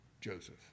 Joseph